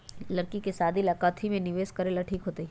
लड़की के शादी ला काथी में निवेस करेला ठीक होतई?